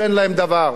שאין להם דבר.